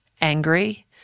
angry